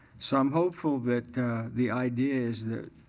so i'm hopeful that the idea is that,